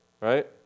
Right